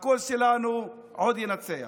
הקול שלנו עוד ינצח.